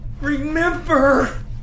remember